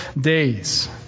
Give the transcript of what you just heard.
days